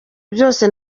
byose